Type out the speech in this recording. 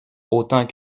autant